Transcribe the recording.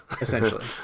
Essentially